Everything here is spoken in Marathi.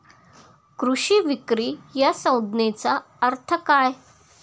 कृषी विक्री या संज्ञेचा अर्थ काय?